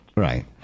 Right